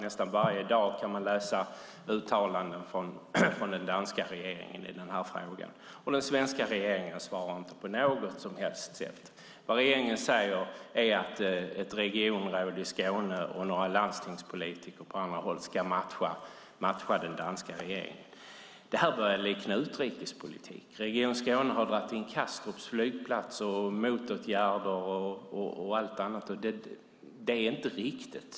Nästan varje dag kan man läsa uttalanden i den här frågan från den danska regeringen. Den svenska regeringen svarar inte på något sätt. Det regeringen säger är att ett regionråd i Skåne och några landstingspolitiker på andra håll ska matcha den danska regeringen. Det här börjar likna utrikespolitik. Region Skåne har dragit in Kastrups flygplats och vidtagit motåtgärder. Det är inte riktigt.